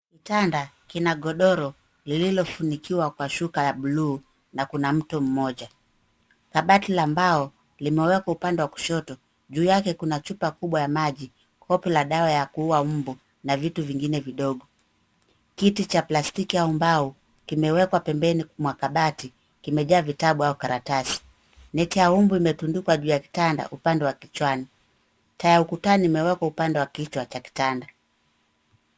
Kitanda kina godoro lililofunikwa kwa shuka ya blue na kuna mtu mmoja. Kabati la mbao limewekwa upande wa kushoto. Juu yake kuna chupa kubwa ya maji, kope la dawa ya kuua mbu na vitu vingine vidogo. Kiti cha plastiki au mbao kimewekwa pembeni mwa kabati kimejaa vitabu au karatasi. Neti ya mbu imetundikwa juu ya kitanda upande wa kichwani. Taa ya ukutani imewekwa upande wa kichwa cha kitanda.